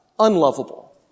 unlovable